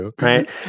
right